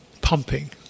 pumping